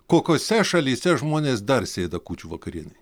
kokiose šalyse žmonės dar sėda kūčių vakarienei